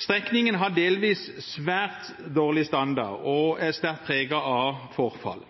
Strekningen har delvis svært dårlig standard og er sterkt preget av forfall.